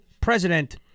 President